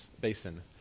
Basin